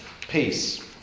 Peace